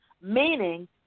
meaning